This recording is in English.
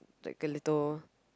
like a little